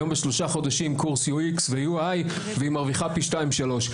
היום בשלושה חודשים קורס UX ו-UI היא מרוויחה פי שתיים-שלוש.